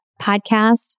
podcast